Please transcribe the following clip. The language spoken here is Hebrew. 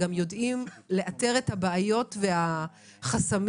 גם יודעים לאתר את הבעיות והחסמים.